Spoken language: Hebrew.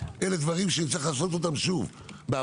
אלה דברים שנצטרך לעשות אותם בהבנה,